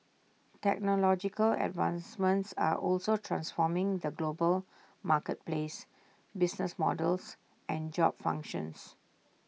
technological advancements are also transforming the global marketplace business models and job functions